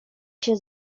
się